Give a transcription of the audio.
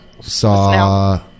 saw